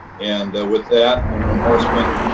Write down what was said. and with that, interim horstman,